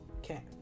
Okay